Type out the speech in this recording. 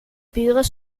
buren